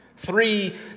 Three